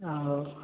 हाँ और